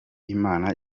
imana